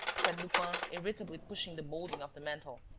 said lupin, irritably pushing the moulding of the mantel.